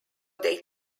they